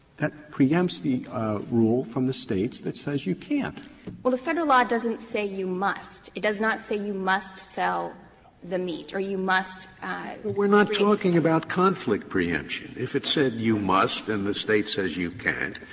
that preempts the rule from the states that says you can't. smith well, the federal law doesn't say you must. it does not say you must sell the meat or you must scalia we are not talking about conflict preemption. if it said you must and the state says you can't,